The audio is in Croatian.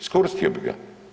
Iskoristio bi ga.